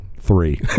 three